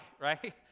right